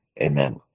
Amen